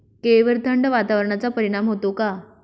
केळीवर थंड वातावरणाचा परिणाम होतो का?